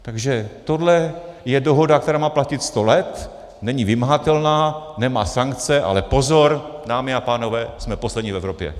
Takže tohle je dohoda, která má platit sto let, není vymahatelná, nemá sankce ale pozor, dámy a pánové, jsme poslední v Evropě!